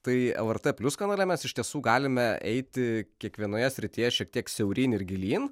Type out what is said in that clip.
tai lrt plius kanale mes iš tiesų galime eiti kiekvienoje srityje šiek tiek siauryn ir gilyn